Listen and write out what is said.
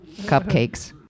cupcakes